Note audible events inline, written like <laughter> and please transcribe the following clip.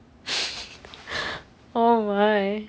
<laughs> oh my